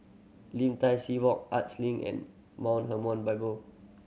Lim Tai See Walk Arts Link and Mount Hermon Bible